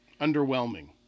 underwhelming